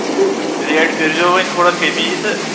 ؤلِو ریٹ کٔرۍزیٚو وۅنۍ تھوڑا کٔمی تہٕ